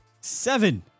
Seven